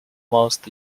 most